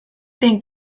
think